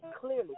clearly